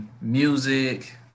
music